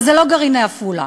וזה לא "גרעיני עפולה".